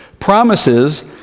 promises